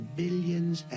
billions